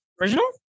original